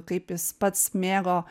kaip jis pats mėgo